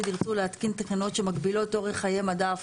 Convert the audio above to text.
ירצו להתקין תקנות שמגבילות את אורך חיי מדף